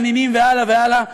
הנינים והלאה והלאה,